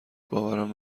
باورم